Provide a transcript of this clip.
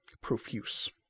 profuse